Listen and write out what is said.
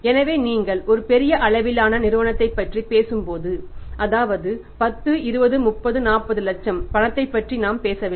எனவே நீங்கள் ஒரு பெரிய அளவிலான நிறுவனத்தைப் பற்றி பேசும்போது அதாவது 10 20 30 40 லட்சம் பணத்தைப் பற்றி நாம் பேசவில்லை